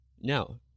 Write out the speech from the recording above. Now